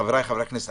חבריי חברי הכנסת,